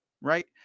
right